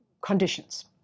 conditions